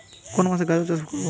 কোন মাসে গাজর চাষ করব?